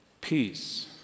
Peace